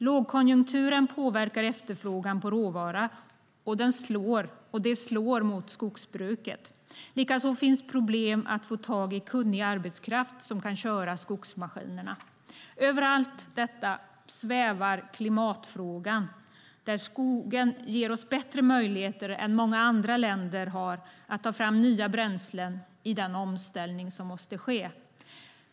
Lågkonjunkturen påverkar efterfrågan på råvara, och det slår mot skogsbruket. Likaså finns problem att få tag i kunnig arbetskraft som kan köra skogsmaskinerna. Över allt detta svävar klimatfrågan. Skogen ger oss bättre möjligheter än många andra länder har att ta fram nya bränslen i den omställning som måste ske.